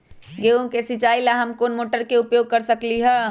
गेंहू के सिचाई ला हम कोंन मोटर के उपयोग कर सकली ह?